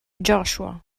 joshua